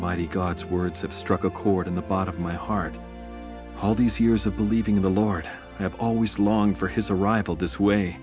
mighty gods words have struck a chord in the bottom of my heart all these years of believing in the lord have always longed for his arrival this way